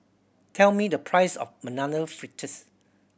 tell me the price of Banana Fritters